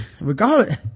regardless